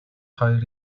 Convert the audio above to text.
хоёр